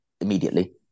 immediately